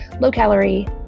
low-calorie